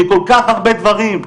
מכל כך הרבה דברים.